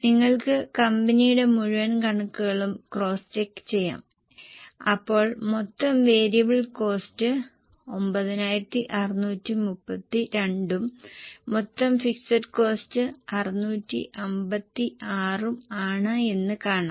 നിങ്ങൾക്ക് കമ്പനിയുടെ മുഴുവൻ കണക്കുകളും ക്രോസ് ചെക്ക് ചെയ്യാം അപ്പോൾ മൊത്തം വേരിയബിൾ കോസ്റ്റ് 9632 ഉം മൊത്തം ഫിക്സഡ് കോസ്റ്റ് 656 ഉം ആണ് എന്ന് കാണാം